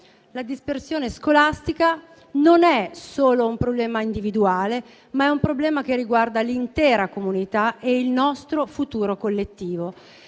La dispersione scolastica non è solo un problema individuale, ma è un problema che riguarda l'intera comunità e il nostro futuro collettivo.